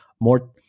more